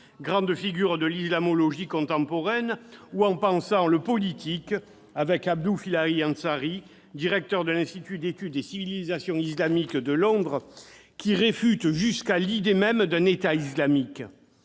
grande figure de l'islamologie contemporaine, ou en pensant le politique avec Abdou Filali-Ansary, directeur de l'Institut pour l'étude des civilisations musulmanes de Londres, qui réfute jusqu'à l'idée même d'un État islamique.